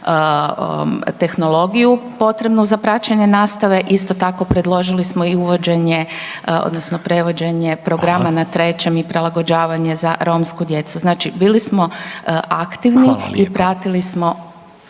tehnologiju potrebnu za praćenje nastave isto tako predložili smo i uvođenje odnosno prevođene programa na trećem …/Upadica: Hvala./… i prilagođavanje za romsku djecu. Znači bili smo aktivni i …/Upadica: